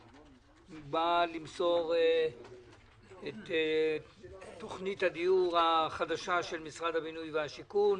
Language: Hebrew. ובא למסור על תוכנית הדיור החדשה של משרד הבינוי והשיכון.